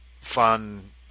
fun